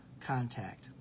contact